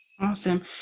Awesome